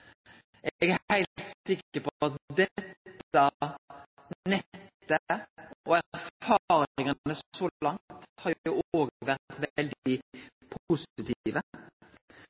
Eg er heilt sikker på at dette nettet blir bra, og erfaringane så langt har vore veldig positive. Så er